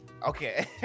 Okay